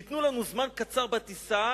ייתנו לנו זמן קצר בטיסה,